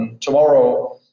tomorrow